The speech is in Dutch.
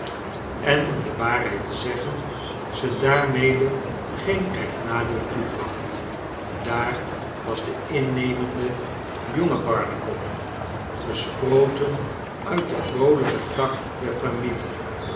en om de waarheid te zeggen ze daarmede geen erg nadeel toebracht daar was de innemende jonge barnacle gesproten uit den vroolijken tak der familie